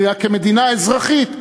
אלא כמדינה אזרחית,